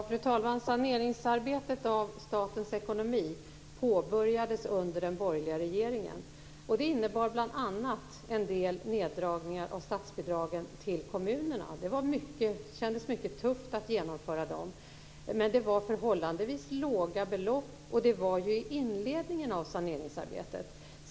Fru talman! Arbetet med saneringen av statens ekonomi påbörjades under den borgerliga regeringen. Det innebar bl.a. en del neddragningar av statsbidragen till kommunerna. Det kändes mycket tufft att genomföra dem, men det var förhållandevis låga belopp, och det var i inledningen av saneringsarbetet.